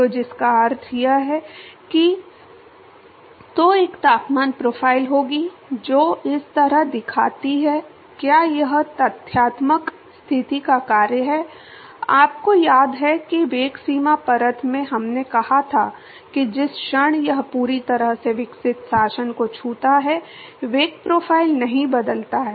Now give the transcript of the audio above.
तो जिसका अर्थ है कि तो एक तापमान प्रोफ़ाइल होगी जो इस तरह दिखती है क्या यह तथ्यात्मक स्थिति का कार्य है आपको याद है कि वेग सीमा परत में हमने कहा था कि जिस क्षण यह पूरी तरह से विकसित शासन को छूता है वेग प्रोफ़ाइल नहीं बदलता है